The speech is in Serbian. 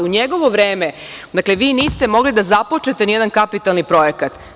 U njegovo vreme, dakle, vi niste mogli da započnete nijedan kapitalni projekta.